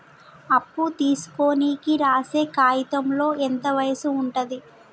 అప్పు తీసుకోనికి రాసే కాయితంలో ఎంత వయసు ఉంటది?